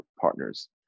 partners